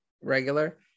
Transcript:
regular